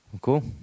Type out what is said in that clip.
Cool